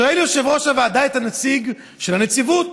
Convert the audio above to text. שואל יושב-ראש הוועדה את הנציג של הנציבות: